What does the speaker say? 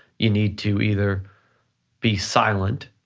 you need to either be silent,